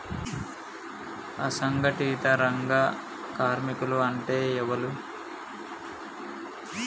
అసంఘటిత రంగ కార్మికులు అంటే ఎవలూ?